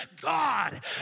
God